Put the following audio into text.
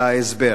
ההסבר.